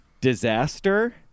disaster